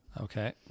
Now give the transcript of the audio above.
Okay